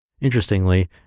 Interestingly